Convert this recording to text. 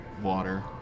water